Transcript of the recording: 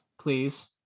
please